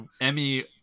emmy